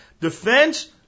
Defense